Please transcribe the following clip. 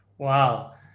Wow